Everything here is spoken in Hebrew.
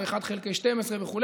ו-1 חלקי 12 וכו'.